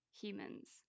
humans